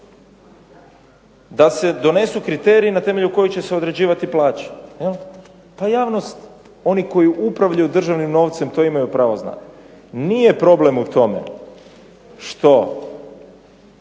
da se donesu kriteriji ne temelju kojih će se određivati plaće. Javnost, oni koji upravljaju državnim novcem to imaju pravo znati. Nije problem u tome što